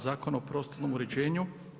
Zakona o prostornom uređenju.